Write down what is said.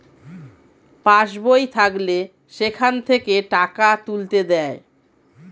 pass বই থাকলে সেখান থেকে টাকা তুলতে দেয়